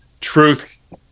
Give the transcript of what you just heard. truth